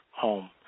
home